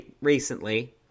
recently